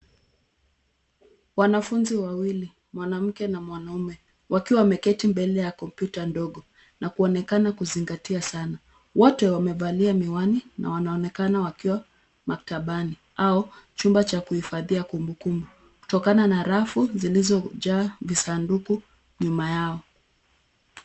Wanafunzi wawili, mwanamke na mwanaume, wakiwa wameketi mbele ya kompyuta ndogo na kuonekana kuzingatia sana. Wote wamevalia miwani na wanaonekana wakiwa maktabani au chumba cha kuhifadhia kumbukumbu, kutokana na rafu zilizojaa visanduku nyuma yao.